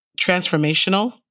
transformational